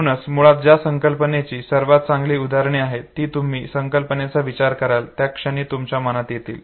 म्हणूनच मुळात त्या संकल्पनेची सर्वात चांगली उदाहरणे आहेत जी तुम्ही त्या संकल्पनेचा विचार कराल त्या क्षणी तुमच्या मनात येतील